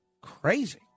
crazy